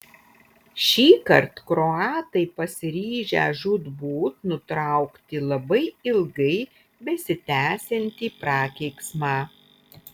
šįkart kroatai pasiryžę žūtbūt nutraukti labai ilgai besitęsiantį prakeiksmą